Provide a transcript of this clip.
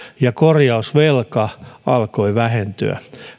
ja korjausvelka alkoi vähentyä